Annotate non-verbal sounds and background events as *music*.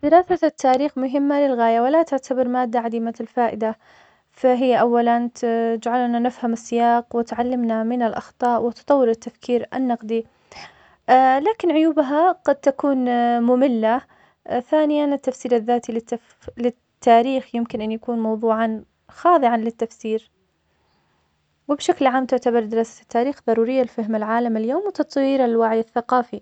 دراسة التاريخ مهمة للغاية, ولا تعتبر مادة عديمة الفائدة, فهي أولاً, تجعلنا نفهم السياق, وتعلمنا من الأخطاء, وتطور التفكير النقدي, *hesitation* لكن عيوبها قد تكون ممل’ ثانياً, التفسير الذاتي للتفخ- للتاريخ, يمكن أن يكون موضوعاً خاضعاً للتفسير, وبشكل عام تعتبر دراسة التاريخ ضرورية لفهم العالم اليوم وتطوير الوعي الثقافي.